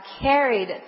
carried